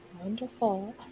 Wonderful